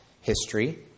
history